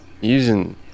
using